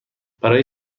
برای